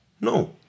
No